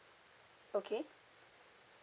okay